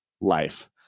life